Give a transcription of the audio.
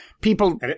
people